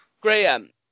Graham